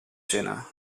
zinnen